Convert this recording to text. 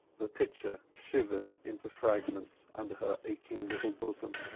the pitcher shivered into fragments under her aching little bosom,